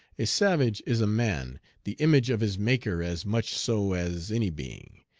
a savage is a man, the image of his maker as much so as any being.